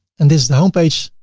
and this is the home page.